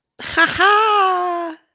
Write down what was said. Ha-ha